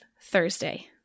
Thursday